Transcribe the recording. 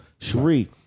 Sheree